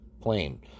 plane